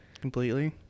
completely